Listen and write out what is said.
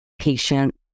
patient